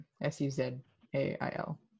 S-U-Z-A-I-L